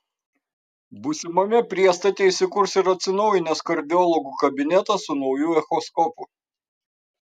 būsimame priestate įsikurs ir atsinaujinęs kardiologų kabinetas su nauju echoskopu